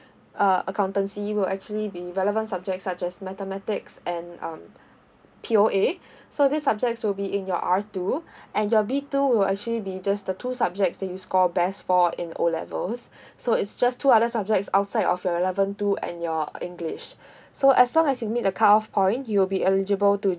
uh accountancy will actually be relevant subjects such as mathematics and um P_O_A so these subjects will be in your R two and your B two will actually be just the two subjects that you score best for in O levels so it's just two other subjects outside of your relevant two and your english so as long as you meet the cut off point you'll be eligible to